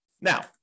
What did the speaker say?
Now